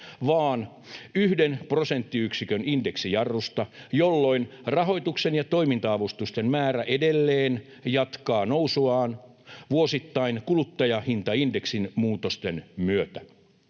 vaan yhden prosenttiyksikön indeksijarrusta, jolloin rahoituksen ja toiminta-avustusten määrä edelleen jatkaa nousuaan vuosittain kuluttajahintaindeksin muutosten myötä.